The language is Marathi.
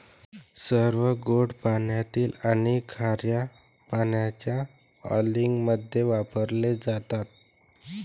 सर्व गोड पाण्यातील आणि खार्या पाण्याच्या अँलिंगमध्ये वापरले जातात